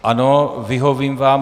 Ano, vyhovím vám.